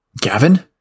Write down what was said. Gavin